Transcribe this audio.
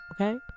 okay